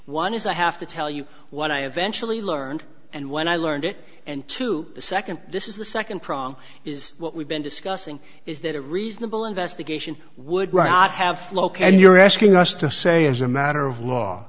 one is i have to tell you what i eventually learned and when i learned it and to the second this is the second prong is what we've been discussing is that a reasonable investigation would rather not have located and you're asking us to say as a matter of law